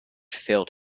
failed